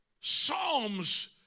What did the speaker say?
Psalms